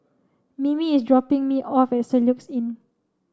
Mimi is dropping me off at Soluxe Inn